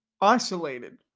isolated